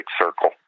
circle